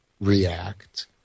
react